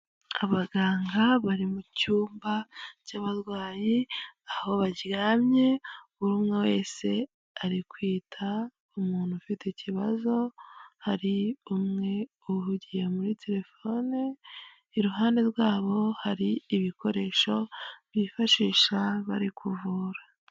Abaganga bari mu cyumba cy'abarwayi aho baryamye buri umwe wese ari kwita ku umuntu ufite ikibazo hari umwe uhugiye muri telefone iruhande rwabo hari ibikoresho bifashisha bari kuvura.